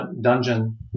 Dungeon